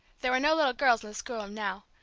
there were no little girls in the schoolroom now.